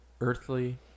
earthly